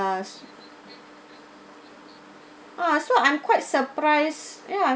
us ah so I'm quite surprise ya